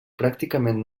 pràcticament